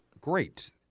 Great